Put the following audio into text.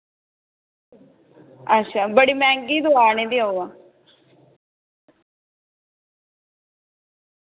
अच्छा बड़ी मैहंगी दवा नी देओ वा